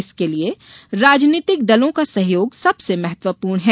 इसके लिये राजनीतिक दलों का सहयोग सबसे महत्वपूर्ण है